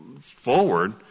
forward